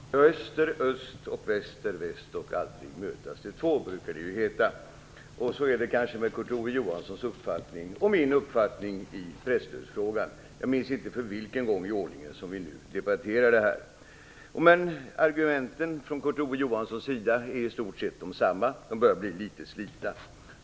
Fru talman! Öst är öst, och väst är väst, och aldrig mötas de två, brukar det heta. Så är det kanske med Kurt Ove Johanssons uppfattning och min uppfattning i presstödsfrågan. Jag minns inte för vilken gång i ordningen som vi nu debatterar frågan. Argumenten från Kurt Ove Johanssons sida är i stort sett de samma. De börjar bli litet slitna.